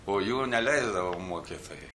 o jų neleisdavo mokytojai